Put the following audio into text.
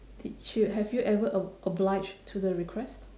did you have you ever ob~ obliged to the request